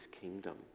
kingdom